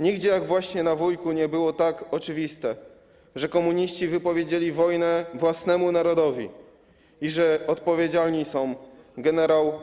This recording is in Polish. Nigdzie jak właśnie w Wujku nie było tak oczywiste, że komuniści wypowiedzieli wojnę własnemu narodowi i że odpowiedzialni są